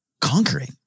conquering